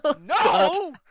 No